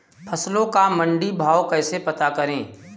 फसलों का मंडी भाव कैसे पता करें?